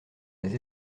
des